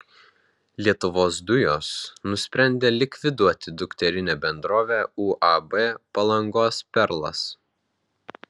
lietuvos dujos nusprendė likviduoti dukterinę bendrovę uab palangos perlas